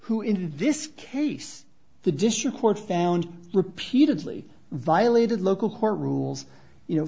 who in this case the district court found repeatedly violated local court rules you know